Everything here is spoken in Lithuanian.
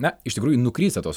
na iš tikrųjų nuklysta tos